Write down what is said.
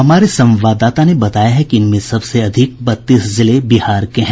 हमारे संवाददाता ने बताया है कि इनमें सबसे ज्यादा बत्तीस जिले बिहार के हैं